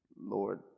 Lord